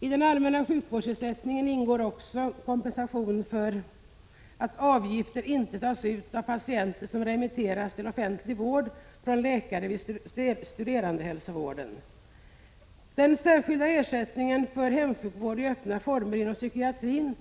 I den allmänna sjukvårdsersättningen ingår också kompensation för att avgifter inte tas ut av patienter som remitteras till offentlig vård från läkare vid studerandehälsovården. Den särskilda ersättningen för hemsjukvård i öppna former inom psykiatrin